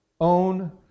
own